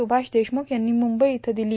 सुभाष देशमुख यांनी म्रंबई इथं दिली